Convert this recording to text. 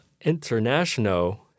international